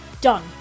done